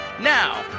now